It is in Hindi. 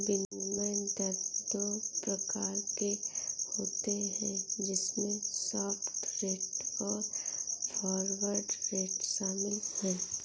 विनिमय दर दो प्रकार के होते है जिसमे स्पॉट रेट और फॉरवर्ड रेट शामिल है